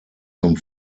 zum